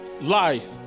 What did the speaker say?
life